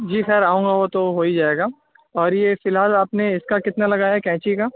جی sir آؤں گا وہ تو ہو ہی جائے گا اور یہ فی الحال آپ نے اس کا کتنا لگایا ہے کینچی کا